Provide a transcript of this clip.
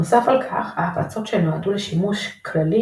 נוסף על כך ההפצות שנועדו לשימוש כללי